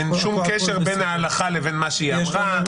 אין שום קשר בין ההלכה לבין מה שהיא אמרה,